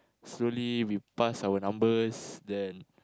slowly we passed our numbers then